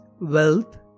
wealth